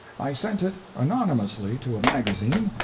i sent it anonymously to a magazine,